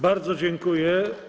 Bardzo dziękuję.